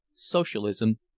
Socialism